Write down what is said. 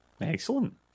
Excellent